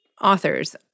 authors